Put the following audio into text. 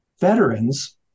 veterans